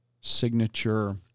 signature